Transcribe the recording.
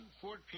Fort